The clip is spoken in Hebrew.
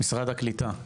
משרד הקליטה.